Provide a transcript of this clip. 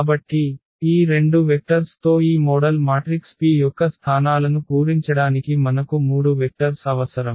కాబట్టి ఈ 2 వెక్టర్స్ తో ఈ మోడల్ మాట్రిక్స్ P యొక్క స్థానాలను పూరించడానికి మనకు 3 వెక్టర్స్ అవసరం